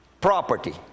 property